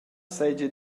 seigi